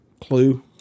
clue